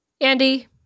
Andy